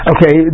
Okay